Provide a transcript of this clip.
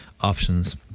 options